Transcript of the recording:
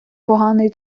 поганий